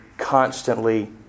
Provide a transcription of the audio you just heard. constantly